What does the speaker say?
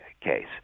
case